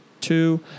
two